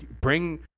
Bring